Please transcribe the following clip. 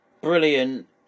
Brilliant